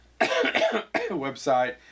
website